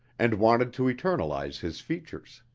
and wanted to eternalize his features.